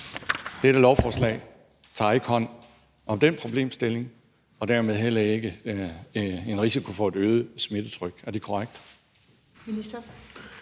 Dette lovforslag tager ikke hånd om den problemstilling og dermed heller ikke en risiko for et øget smittetryk. Er det korrekt?